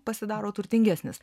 pasidaro turtingesnis